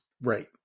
Right